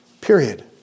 Period